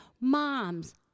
moms